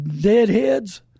deadheads